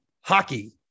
hockey